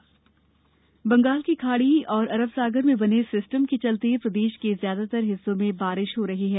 मौसम बंगाल की खाड़ी और अरब सागर में बने सिस्टम के चलते प्रदेश के ज्यादातर हिस्सों में बारिश हो रही है